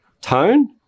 tone